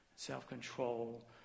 Self-control